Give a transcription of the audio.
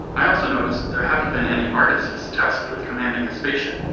i also noticed there haven't been any artists tasked with commanding a spaceship.